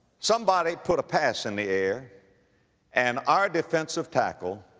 somebody put a pass in the air and our defensive tackle,